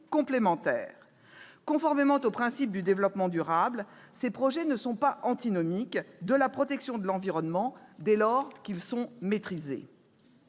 complémentaire. Conformément au principe du développement durable, ces projets ne s'opposent pas à la protection de l'environnement, dès lors qu'ils sont maîtrisés.